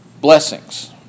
Blessings